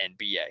NBA